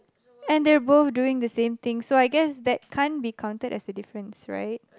and they're both doing the same thing so I guess that can't be counted as a difference right